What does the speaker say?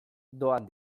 doan